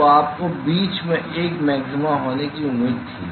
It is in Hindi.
तो आपको बीच में एक मैक्सिमा होने की उम्मीद थी